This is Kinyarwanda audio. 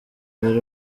abiri